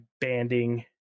banding